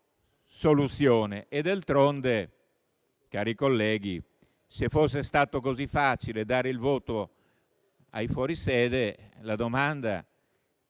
soluzione. D'altronde, cari colleghi, se fosse stato così facile dare il voto ai fuori sede, la domanda